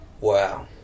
Wow